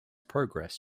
progress